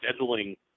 scheduling